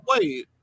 Wait